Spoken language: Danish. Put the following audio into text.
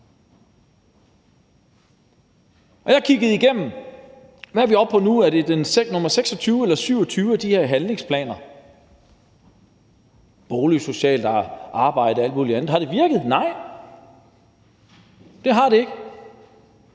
har kigget de her – hvad er vi oppe på nu, er det nummer 26 eller 27? – handlingsplaner om boligsocialt arbejde og alt muligt andet igennem. Har de virket? Nej, det har de ikke.